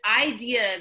idea